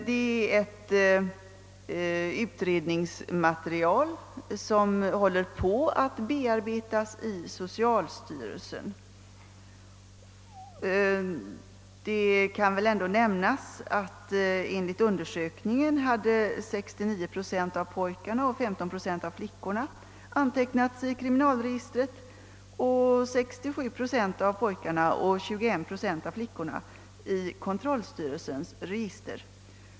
Det är ett utredningsmaterial som håller på att bearbetas i socialstyrelsen, men det kan väl ändå nämnas att enligt undersökningen hade 69 procent av pojkarna och 15 procent av flickorna antecknats i kriminalregistret och 67 procent av pojkarna och 21 procent av flickorna i kontrollstyrelsens register.